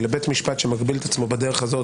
ולבית משפט שמגביל עצמו כך,